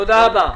תודה רבה.